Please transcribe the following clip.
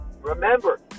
Remember